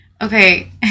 Okay